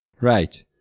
Right